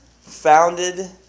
founded